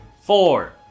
Four